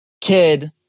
kid